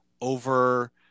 over